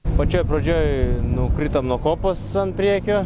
pačioj pradžioj nukritom nuo kopos an priekio